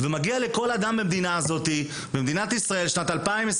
ומגיע לכל אדם במדינת ישראל בשנת 2022